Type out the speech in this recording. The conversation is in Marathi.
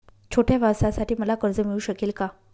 छोट्या व्यवसायासाठी मला कर्ज मिळू शकेल का?